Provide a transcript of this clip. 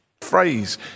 phrase